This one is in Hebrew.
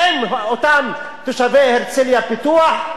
האם אותם תושבי הרצלייה-פיתוח?